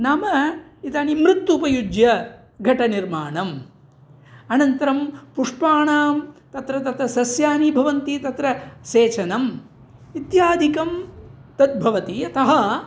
नाम इदानीमृत्तुपयुज्य घटनिर्माणम् आनन्तरं पुष्पाणां तत्र तत्र सस्यानि भवन्ति तत्र सेचनम् इत्यादिकं तद्भवति अतः